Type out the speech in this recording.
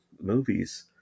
movies